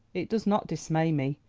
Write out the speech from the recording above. it does not dismay me.